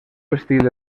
estil